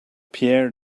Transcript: pierre